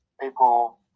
people